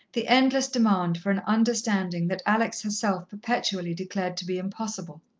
the endless demand for an understanding that alex herself perpetually declared to be impossible.